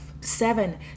Seven